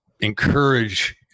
encourage